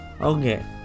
Okay